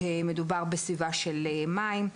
כשמדובר בסביבה של מים,